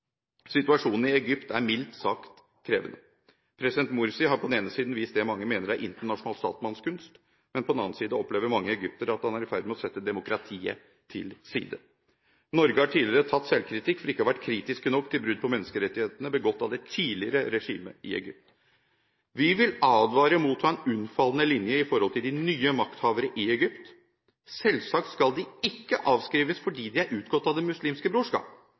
Situasjonen i Egypt er mildt sagt krevende. President Morsi har på den ene siden vist det mange mener er internasjonal statsmannskunst, men på den annen side opplever mange egyptere at han er i ferd med å sette demokratiet til side. Norge har tidligere tatt selvkritikk for ikke å ha vært kritisk nok til brudd på menneskerettighetene begått av det tidligere regimet i Egypt. Vi vil advare mot å ha en unnfallende linje overfor de nye makthaverne i Egypt. Selvsagt skal de ikke avskrives fordi de er utgått av Det muslimske brorskap.